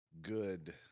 good